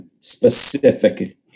specific